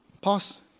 Pause